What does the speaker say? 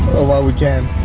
or while we can